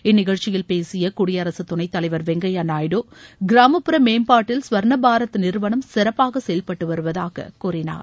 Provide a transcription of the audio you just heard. இந்நிகழ்ச்சியில் பேசிய குயடிரசு துணைத் தலைவர் வெங்கய்யா நாயுடு கிராம்புற மேம்பாட்டில் சுவர்ன பாரத் நிறுவனம் சிறப்பாக செயல்பட்டு வருவதாக கூறினார்